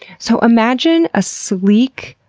so imagine a sleek,